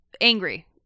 angry